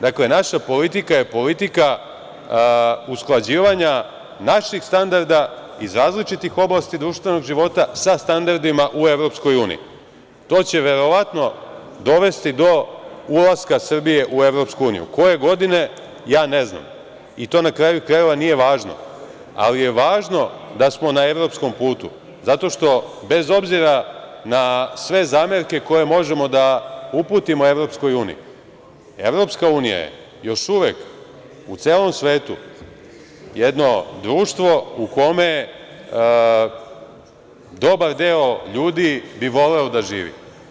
Dakle, naša politika je politika usklađivanja naših standarda iz različitih oblasti društvenog života sa standardima u EU. to će verovatno dovesti do ulaska Srbije u EU, a koje godine, ne znam i to, na kraju krajeva, nije važno, ali je važno da smo na evropskom putu zato što, bez obzira na sve zamerke koje možemo da uputimo EU, EU je još uvek u celom svetu jedno društvo u kome dobar deo ljudi bi voleo da živi.